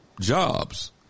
jobs